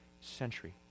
century